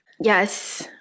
Yes